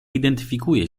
identyfikuje